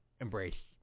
embrace